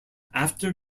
after